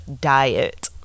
diet